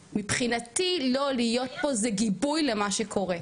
מבחינתי לא להיות פה זה גיבוי למה שקורה,